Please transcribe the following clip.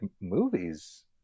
movies